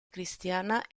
cristiana